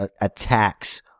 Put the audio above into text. attacks